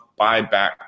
buyback